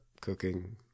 cooking